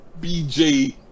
BJ